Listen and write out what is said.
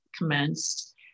commenced